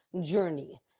journey